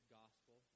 gospel